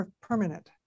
permanent